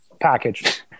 package